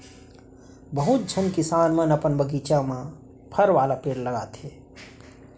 बहुत झन किसान मन अपन बगीचा म फर वाला पेड़ लगाथें